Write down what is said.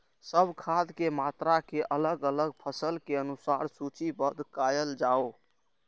सब खाद के मात्रा के अलग अलग फसल के अनुसार सूचीबद्ध कायल जाओ?